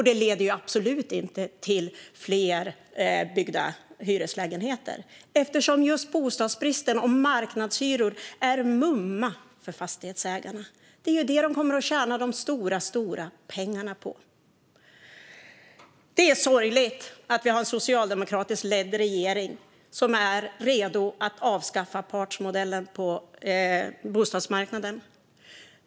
Det leder absolut inte till att fler hyreslägenheter blir byggda, eftersom just bostadsbristen och marknadshyror är mumma för fastighetsägarna. Det är ju det som de kommer att tjäna de stora pengarna på. Det är sorgligt att vi har en socialdemokratiskt ledd regering som är redo att avskaffa partsmodellen på bostadsmarknaden.